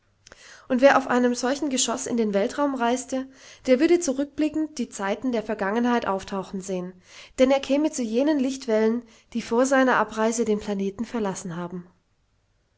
und wer auf einem solchen geschoß in den weltraum reiste der würde zurückblickend die zeiten der vergangenheit auftauchen sehen denn er käme zu jenen lichtwellen die vor seiner abreise den planeten verlassen haben